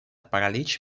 паралич